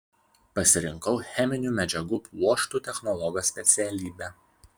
pasirinkau cheminių medžiagų pluoštų technologo specialybę